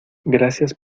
gracias